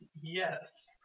Yes